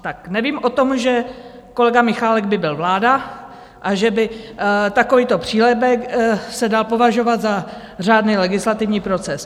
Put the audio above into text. Tak nevím o tom, že kolega Michálek by byl vláda a že by takovýto přílepek se dal považovat za řádný legislativní proces.